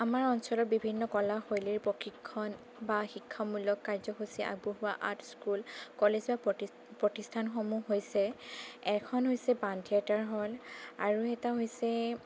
আমাৰ অঞ্চলত বিভিন্ন কলা শৈলীৰ প্ৰশিক্ষণ বা শিক্ষামূলক কাৰ্যসূচী আগবঢ়োৱা আৰ্ট স্কুল কলেজ বা প্ৰতিষ্ঠানসমূহ হৈছে এখন হৈছে বাণ থিয়েটাৰ হল আৰু এটা হৈছে